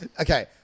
Okay